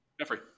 Jeffrey